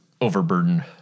overburdened